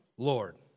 Lord